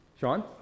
Sean